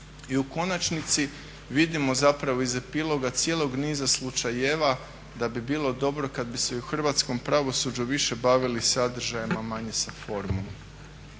I u konačnici vidimo zapravo iz epiloga cijelog niza slučajeva da bi bilo dobro kad bi se u hrvatskom pravosuđu više bavili sadržajem, a manje sa formom.